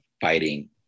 fighting